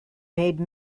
made